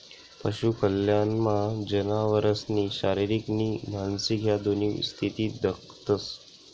पशु कल्याणमा जनावरसनी शारीरिक नी मानसिक ह्या दोन्ही स्थिती दखतंस